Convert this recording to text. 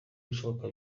ibishoboka